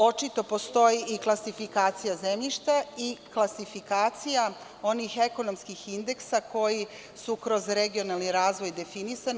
Očito postoji i klasifikacija zemljišta i klasifikacija onih ekonomskih indeksa koji su kroz regionalni razvoj definisani.